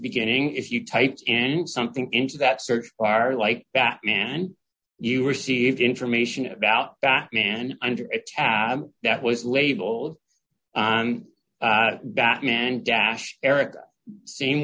beginning if you type and something into that search bar like batman and you received information about batman under a tab that was labeled batman dash erica same